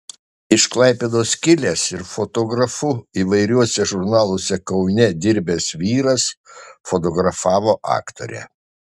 iš klaipėdos kilęs ir fotografu įvairiuose žurnaluose kaune dirbęs vyras fotografavo aktorę